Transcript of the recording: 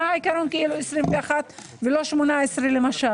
מה העיקרון של מגיל 21 ולא מגיל 18, למשל?